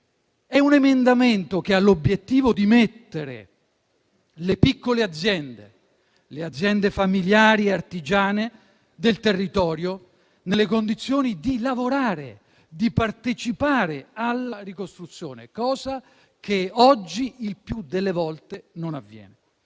proprie case e che ha l'obiettivo di mettere le piccole aziende familiari artigiane del territorio nelle condizioni di lavorare, di partecipare alla ricostruzione, cosa che oggi il più delle volte non avviene.